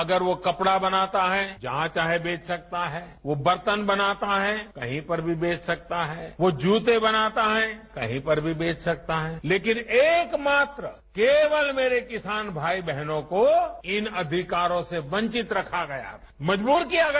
अगर वो कपड़ा बनाता है जहां चाहे बेच सकता है वो बर्तन बनाता है कहीं पर भी बेच सकता है वो जूते बनाता है कहीं पर भी बेच सकता है लेकिन एकमात्र केवल मेरे किसान भाई बहनों को इन अधिकारों से वंचित रखा गया है मजबूर किया गया